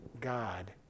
God